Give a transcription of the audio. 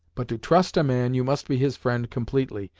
but to trust a man you must be his friend completely,